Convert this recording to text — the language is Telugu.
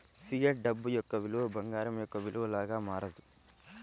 ఫియట్ డబ్బు యొక్క విలువ బంగారం యొక్క విలువ లాగా మారదు